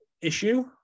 issue